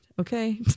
Okay